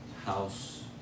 house